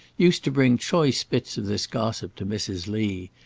used to bring choice bits of this gossip to mrs. lee.